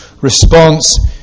response